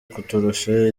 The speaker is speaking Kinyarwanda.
kuturusha